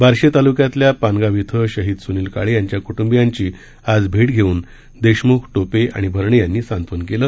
बार्शी तालुक्यातल्या पानगाव इथं शहीद सुनील काळे यांच्या कुटुंबियांची आज भेट घेऊन देशमुख टोपे आणि भरणे यांनी सांत्वन केलं